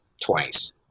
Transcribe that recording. twice